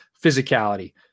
physicality